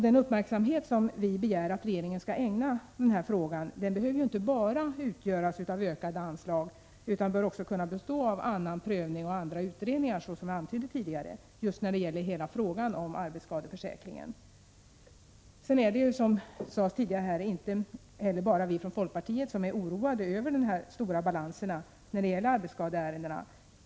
Den uppmärksamhet som vi begär att regeringen skall ägna denna fråga behöver ju inte bara utgöras av ökade anslag, utan som jag antydde tidigare bör den också kunna bestå av annan prövning och andra utredningar av hela frågan om arbetsskadeförsäkringen. Som det sades tidigare är det inte heller bara vi från folkpartiet som är oroade över de stora balanserna när det gäller arbetsskadeärenden.